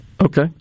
Okay